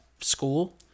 school